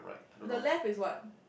the left is what